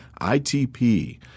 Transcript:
ITP